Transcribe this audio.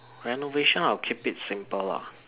renovation I'll keep it simple lah